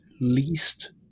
least